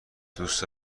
دوست